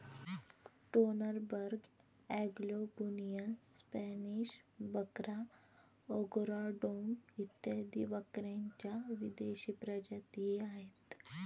Toggenburg, Anglo Nubian, Spanish बकरा, Angora डोंग इत्यादी बकऱ्यांच्या विदेशी प्रजातीही आहेत